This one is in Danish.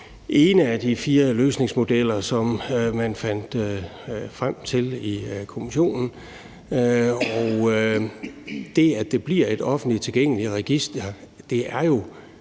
ene af de fire løsningsmodeller, som man fandt frem til i rådet. Det, at det bliver et offentligt tilgængeligt register, er jo